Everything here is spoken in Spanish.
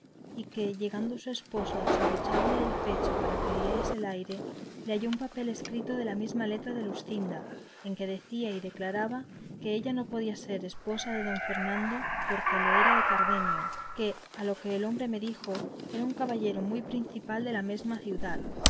y que llegando su esposo a desabrocharle el pecho para que le diese el aire le halló un papel escrito de la misma letra de luscinda en que decía y declaraba que ella no podía ser esposa de don fernando porque lo era de cardenio que a lo que el hombre me dijo era un caballero muy principal de la mesma ciudad